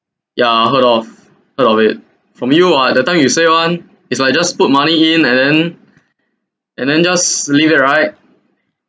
ya heard of heard of it from you ah that time you say [one] it's like just put money in and then and then just leave it right